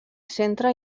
centre